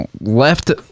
left